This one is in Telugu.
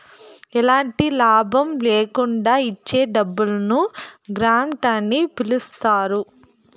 ఎలాంటి లాభం ల్యాకుండా ఇచ్చే డబ్బును గ్రాంట్ అని పిలుత్తారు